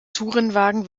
tourenwagen